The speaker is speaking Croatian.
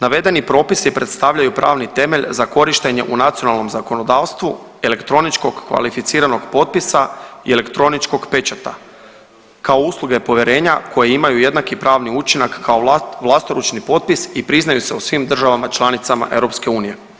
Navedeni propisi predstavljaju pravni temelj za korištenje u nacionalnom zakonodavstvu elektroničkog kvalificiranog potpisa i elektroničkog pečata kao usluge povjerenja koje imaju jednaki pravni učinak kao vlastoručni potpis i priznaju se u svim državama članicama EU.